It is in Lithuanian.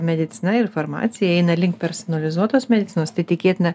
medicina ir farmacija eina link personalizuotos medicinos tai tikėtina